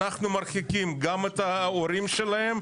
אנחנו מרחיקים גם את ההורים שלהם,